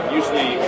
Usually